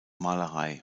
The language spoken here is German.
malerei